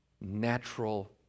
natural